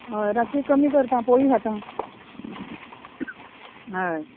हय रातची कमी करता पोयी खाता हय